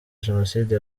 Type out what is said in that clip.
jenoside